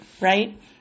right